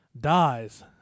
dies